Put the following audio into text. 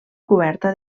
coberta